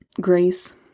grace